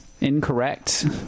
Incorrect